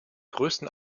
größten